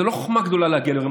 זאת לא חוכמה גדולה להגיע אליהם.